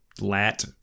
Lat